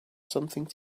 something